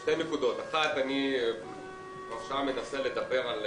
שתי נקודות: אחת, אני כבר שעה מנסה לדבר.